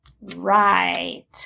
Right